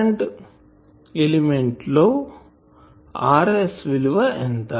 current element లో Ra విలువ ఎంత